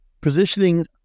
positioning